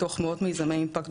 מתוך מאות מיזמי Impact,